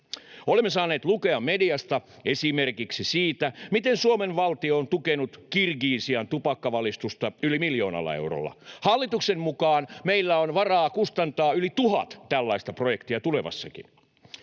Olemme saaneet lukea mediasta esimerkiksi siitä, miten Suomen valtio on tukenut Kirgisian tupakkavalistusta yli miljoonalla eurolla. Hallituksen mukaan meillä on varaa kustantaa yli tuhat tällaista projektia tulevassakin.